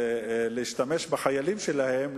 להשתמש בחיילים שלהם,